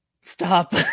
stop